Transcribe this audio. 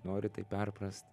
nori tai perprast